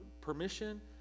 permission